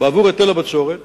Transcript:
בעבור היטל הבצורת,